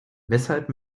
weshalb